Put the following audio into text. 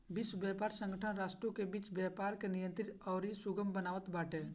विश्व व्यापार संगठन राष्ट्रों के बीच व्यापार के नियंत्रित अउरी सुगम बनावत बाटे